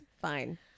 fine